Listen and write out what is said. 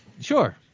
Sure